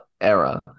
era